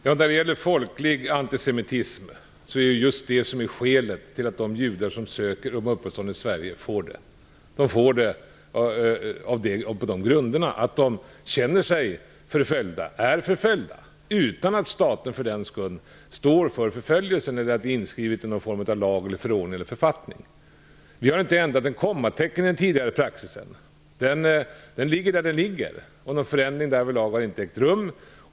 Herr talman! Folklig antisemitism är just skälet till att de judar som söker uppehållstillstånd i Sverige får det. De får det på den grunden att de känner sig förföljda och är förföljda, utan att staten för den skull står för förföljelsen eller att det är inskrivet i någon form av lag, förordning eller författning. Vi har inte ändrat ett kommatecken i den tidigare praxisen. Den ligger som den ligger, och någon förändring därvidlag har inte gjorts.